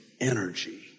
energy